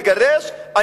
אני ציוני, מותר לי לגרש?